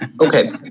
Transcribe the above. Okay